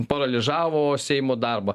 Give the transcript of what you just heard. paralyžavo seimo darbą